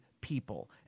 people